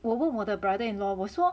我问我的 brother in law 我说